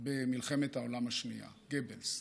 במלחמת העולם השנייה, גבלס.